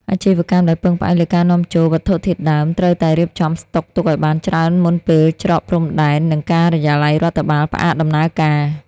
អាជីវកម្មដែលពឹងផ្អែកលើការនាំចូលវត្ថុធាតុដើម ត្រូវតែរៀបចំស្តុកទុកឱ្យបានច្រើនមុនពេលច្រកព្រំដែន និងការិយាល័យរដ្ឋបាលផ្អាកដំណើរការ។